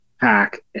pack